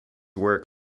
work